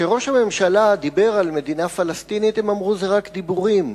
כשראש הממשלה דיבר על מדינה פלסטינית הם אמרו: אלו רק דיבורים,